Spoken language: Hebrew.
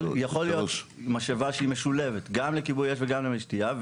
יכולה להיות משאבה שהיא משולבת גם לכיבוי אש וגם למי שתייה,